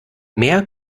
mehr